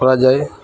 କରାଯାଏ